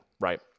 right